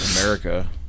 America